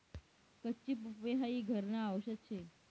कच्ची पपई हाई घरन आवषद शे